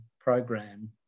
program